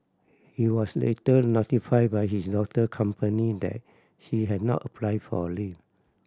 he was later notified by his daughter company that she had not applied for leave